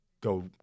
go